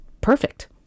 perfect